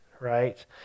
right